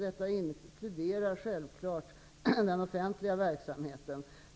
Detta inkluderar självfallet den offentliga verksamheten.